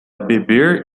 beber